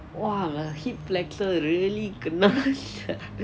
!wah! the hip flexor really kena sia